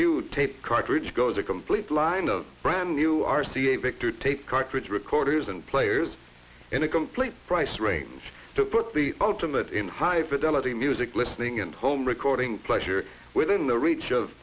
new tape cartridge goes a complete line of brand new r c a victor tape cartridge recorders and players and a complete price range to put the ultimate in high fidelity music listening and home recording pleasure within the reach of